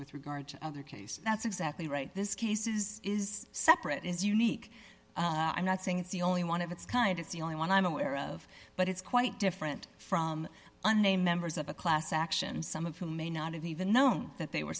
with regard to other cases that's exactly right this case is is separate is unique i'm not saying it's the only one of its kind it's the only one i'm aware of but it's quite different from unnamed members of a class action some of whom may not have even known that they were